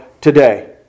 today